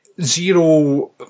Zero